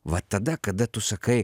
va tada kada tu sakai